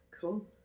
Cool